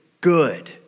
good